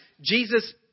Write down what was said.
Jesus